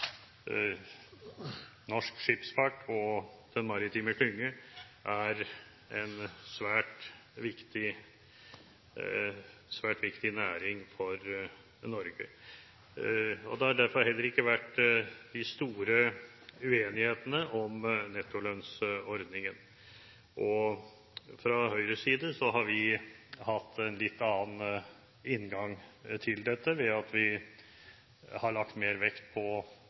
norsk skipsfart – og den maritime klynge – er en svært viktig næring for Norge. Det har derfor heller ikke vært de store uenighetene om nettolønnsordningen. Fra Høyres side har vi hatt en litt annen inngang til dette, ved at vi har lagt mer vekt på